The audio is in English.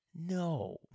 No